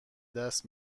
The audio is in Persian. دست